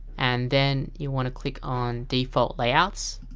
and then you want to click on default layouts